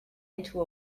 into